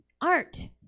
art